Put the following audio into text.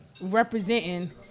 representing